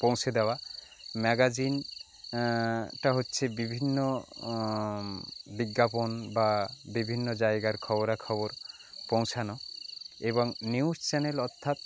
পৌঁছে দেওয়া ম্যাগাজিন টা হচ্ছে বিভিন্ন বিজ্ঞাপন বা বিভিন্ন জায়গার খবরাখবর পৌঁছানো এবং নিউস চ্যানেল অর্থাৎ